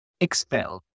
expelled